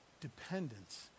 Dependence